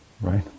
Right